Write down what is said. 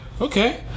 Okay